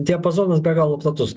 diapazonas be galo platus